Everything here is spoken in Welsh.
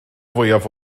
fwyaf